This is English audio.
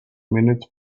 minutes